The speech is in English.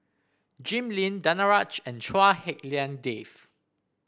Jim Lim Danaraj and Chua Hak Lien Dave